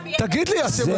תגיד לי, אתם הזויים?